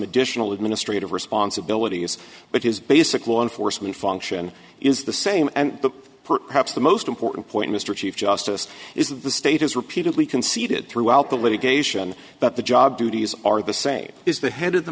additional administrative responsibilities but his basic law enforcement function is the same and but perhaps the most important point mr chief justice is the state has repeatedly conceded throughout the litigation that the job duties are the same is the head of the